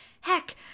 heck